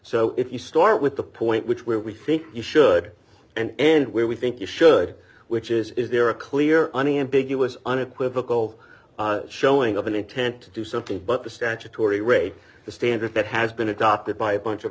you start with the point which where we think you should and and where we think you should which is is there a clear unambiguous unequivocal showing of an intent to do something but the statutory rate the standard that has been adopted by a bunch of